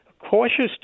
Cautious